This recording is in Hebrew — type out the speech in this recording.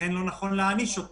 לכן לא נכון להעניש אותן.